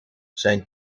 zijn